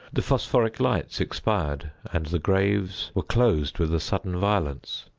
the phosphoric lights expired, and the graves were closed with a sudden violence,